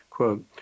Quote